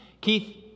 Keith